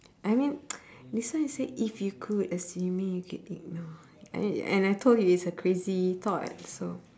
I mean this one it said if you could assuming you could ignore and and I told you it's a crazy thought so